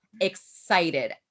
excited